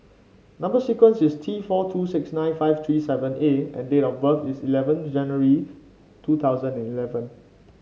number sequence is T four two six nine five three seven A and date of birth is eleven January two thousand eleven